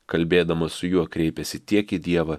kalbėdama su juo kreipiasi tiek į dievą